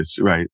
right